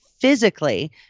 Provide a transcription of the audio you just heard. physically